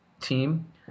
team